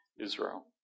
Israel